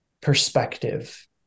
perspective